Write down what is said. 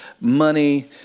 money